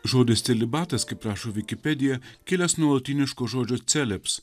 žodis celibatas kaip rašo vikipedija kilęs nuo lotyniško žodžio celips